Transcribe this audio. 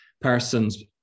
persons